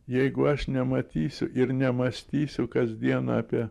jeigu aš nematysiu ir nemąstysiu kas dieną apie